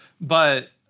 But-